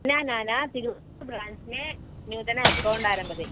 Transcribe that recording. न न न तिरु ब्राञ्च् ने नूतन अकौण्ट् आरभ्यते